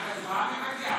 רק לזועבי מגיע?